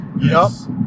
Yes